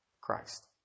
Christ